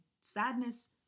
Sadness